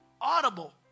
audible